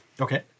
Okay